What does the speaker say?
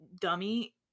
dummy